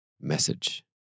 message